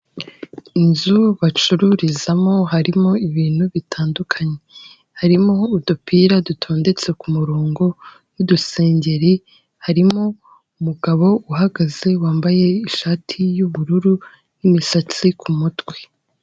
Inzu bacururizamo harimo ibintu bitandukanye, harimo udupira dutondetse ku murongo n'udusengeri, harimo umugabo uhagaze wambaye ishati y'ubururu n'imisatsi ku mutwe.